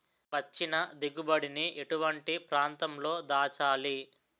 వచ్చిన దిగుబడి ని ఎటువంటి ప్రాంతం లో దాచాలి?